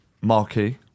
Marquee